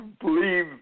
believe